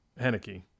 Henneke